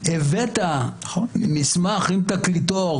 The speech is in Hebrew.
הבאת מסמך עם תקליטור